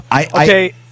Okay